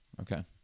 Okay